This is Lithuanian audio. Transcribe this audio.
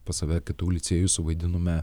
pas save kitų licėjų suvaidinome